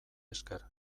esker